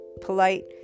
polite